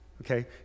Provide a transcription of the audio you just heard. okay